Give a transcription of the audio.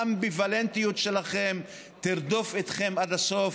האמביוולנטיות שלכם תרדוף אתכם עד הסוף